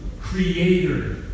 Creator